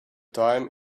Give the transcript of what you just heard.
time